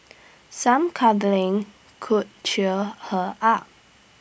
some cuddling could cheer her up